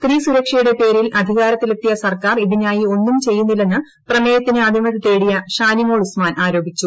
സ്ത്രീസുരക്ഷയുടെ പേരിൽ അധികാരത്തിലെത്തിയ സർക്കാർ ഇതിനായി ഒന്നും ചെയ്യുന്നില്ലെന്ന് പ്രമേയത്തിന് അനുമതി തേടിയ ഷാനിമോൾ ഉസ്മാൻ ആരോപിച്ചു